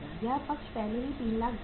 यह पक्ष पहले से ही 316250 है